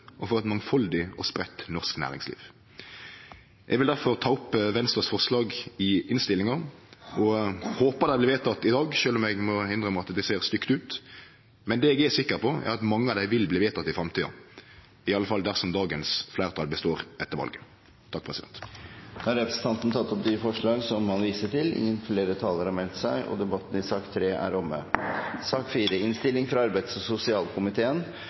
og for eit mangfaldig og spreitt norsk næringsliv. Eg vil difor ta opp Venstres forslag i innstillinga og håpar dei blir vedtekne i dag, sjølv om eg må innrømme at det ser stygt ut. Men det eg er sikker på, er at mange av dei vil bli vedtekne i framtida – iallfall dersom dagens fleirtal består etter valet. Representanten Sveinung Rotevatn har tatt opp de forslagene han refererte til. Flere har ikke bedt om ordet til sak nr. 3. Etter ønske fra arbeids- og sosialkomiteen